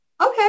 Okay